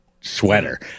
sweater